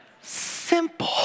Simple